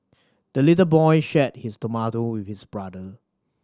the little boy shared his tomato with his brother